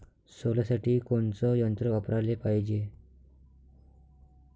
सोल्यासाठी कोनचं यंत्र वापराले पायजे?